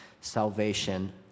salvation